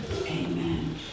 amen